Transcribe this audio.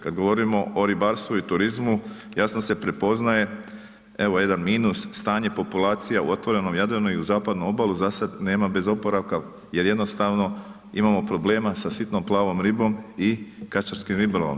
Kad govorimo o ribarstvu i turizmu jasno se prepoznaje evo jedan minus, stanje populacija u otvorenom Jadranu i uz zapadnu obalu zasad nema bez oporavka jer jednostavno imamo problema sa sitnom plavom ribom i kačarskim ribolovom.